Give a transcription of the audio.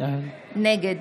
נגד